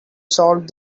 solved